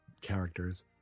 characters